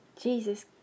Jesus